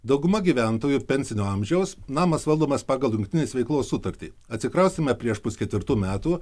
dauguma gyventojų pensinio amžiaus namas valdomas pagal jungtinės veiklos sutartį atsikraustėme prieš pusketvirtų metų